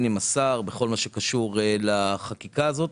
מתואמים עם השר בכל מה שקשור לחקיקה הזאת.